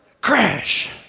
Crash